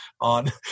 on